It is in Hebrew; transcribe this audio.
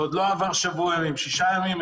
ועוד לא עברו שישה ימים,